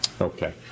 Okay